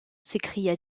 s’écria